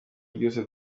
ryose